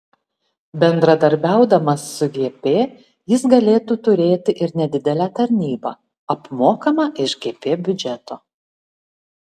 bendradarbiaudamas su gp jis galėtų turėti ir nedidelę tarnybą apmokamą iš gp biudžeto